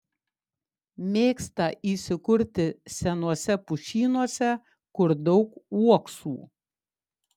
mėgsta įsikurti senuose pušynuose kur daug uoksų